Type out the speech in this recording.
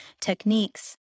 techniques